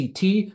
CT